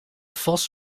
vos